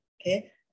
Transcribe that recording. okay